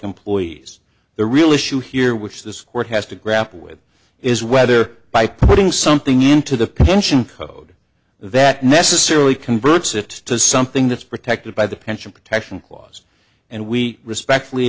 employees the real issue here which this court has to grapple with is whether by putting something into the convention code that necessarily converts it to something that's protected by the pension protection clause and we respectfully